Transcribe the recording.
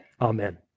Amen